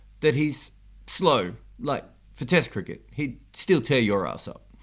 that he's slow like, for test cricket he'd still tear your arse up,